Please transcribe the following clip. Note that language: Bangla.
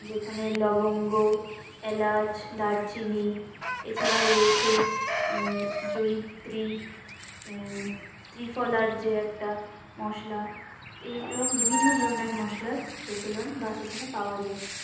যেখানে লবঙ্গ এলাচ দারচিনি এছাড়াও রয়েছে জয়িত্রী ত্রিফলার যে একটা মশলা এইরম বিভিন্ন ধরণের মশলার প্রচলন বা এখানে পাওয়া যায়